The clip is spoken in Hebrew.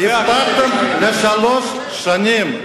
חתמתם לשלוש שנים.